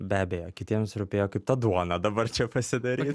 be abejo kitiems rūpėjo kaip tą duoną dabar čia pasidaryt